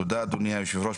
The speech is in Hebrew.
תודה אדוני היושב ראש.